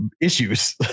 issues